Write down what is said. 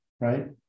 right